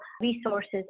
resources